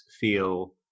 feel